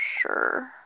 sure